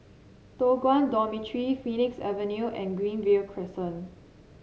Toh Guan Dormitory Phoenix Avenue and Greenview Crescent